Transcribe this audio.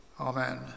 Amen